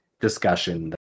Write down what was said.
discussion